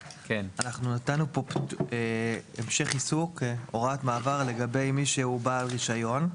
אנחנו נתנו פה המשך עיסוק הוראת מעבר לגבי מי שהוא בעל רישיון.